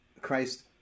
Christ